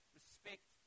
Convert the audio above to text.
respect